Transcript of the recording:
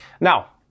Now